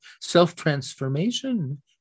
Self-transformation